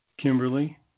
Kimberly